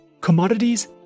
Commodities